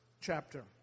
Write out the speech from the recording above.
chapter